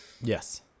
Yes